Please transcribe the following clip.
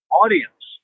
audience